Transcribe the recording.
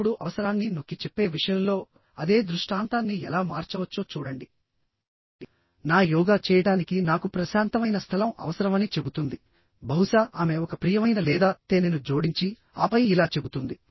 ఇప్పుడు అవసరాన్ని నొక్కిచెప్పే విషయంలో అదే దృష్టాంతాన్ని ఎలా మార్చవచ్చో చూడండినా యోగా చేయడానికి నాకు ప్రశాంతమైన స్థలం అవసరమని చెబుతుంది బహుశా ఆమె ఒక ప్రియమైన లేదా తేనెను జోడించి ఆపై ఇలా చెబుతుంది